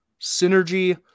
Synergy